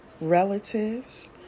relatives